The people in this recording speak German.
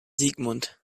sigmund